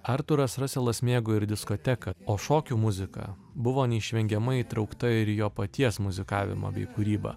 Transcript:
artūras raselas mėgo ir diskoteką o šokių muzika buvo neišvengiamai įtraukta ir į jo paties muzikavimą bei kūrybą